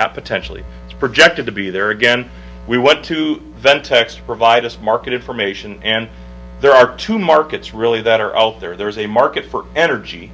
not potentially it's projected to be there again we want to vent text provide us market information and there are two markets really that are out there there's a market for energy